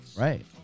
Right